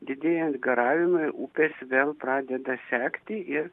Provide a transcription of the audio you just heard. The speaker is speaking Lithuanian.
didėjant garavimui upės vėl pradeda sekti ir